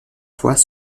fois